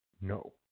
no